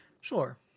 Sure